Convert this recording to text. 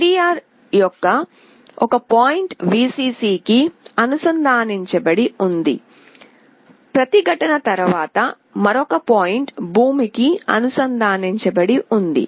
LDR యొక్క ఒక point Vcc కి అనుసంధానించబడి ఉంది ప్రతిఘటన ద్వారా మరొక పాయింట్ భూమికి అనుసంధానించబడి ఉంది